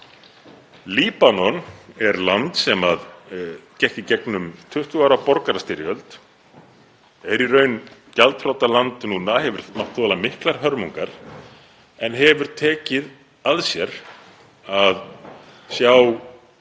Líbanon er land sem gekk í gegnum 20 ára borgarastyrjöld, er í raun gjaldþrota land og hefur mátt þola miklar hörmungar en hefur tekið að sér að sjá